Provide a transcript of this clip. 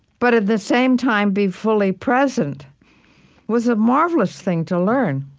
but at the same time be fully present was a marvelous thing to learn.